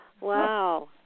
Wow